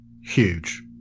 huge